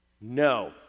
No